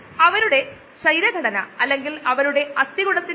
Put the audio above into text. ഒരുപാട് ബയോപ്രൊസസ്സുകളോ ബയോ റിയാക്ഷനുകളോ ഒരു നേരിയ പി